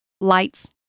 lights